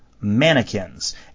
mannequins